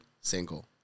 single